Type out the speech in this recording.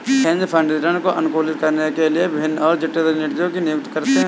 hedge fund return को अनुकूलित करने के लिए विभिन्न और जटिल रणनीतियों को नियुक्त करते हैं